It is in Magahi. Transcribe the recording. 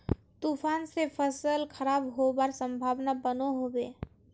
तूफान से फसल खराब होबार संभावना बनो होबे?